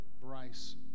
Bryce